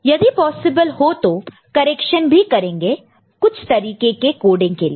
यदि पॉसिबल हो तो करेक्शन भी करेंगे कुछ तरीके के कोडिंग के लिए